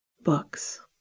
Books